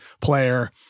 player